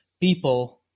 people